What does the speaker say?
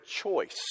choice